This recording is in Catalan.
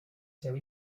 seu